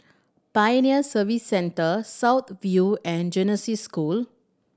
Pioneer Service Centre South View and Genesis School